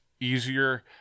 easier